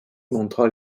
montra